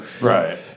right